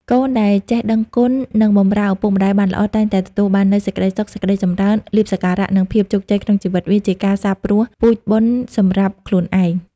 កូនដែលចេះដឹងគុណ និងបម្រើឪពុកម្តាយបានល្អ តែងតែទទួលបាននូវសេចក្តីសុខ សេចក្តីចម្រើន លាភសក្ការៈ និងភាពជោគជ័យក្នុងជីវិត វាជាការសាបព្រោះពូជបុណ្យសម្រាប់ខ្លួនឯង។